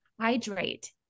hydrate